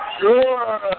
Sure